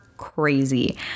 crazy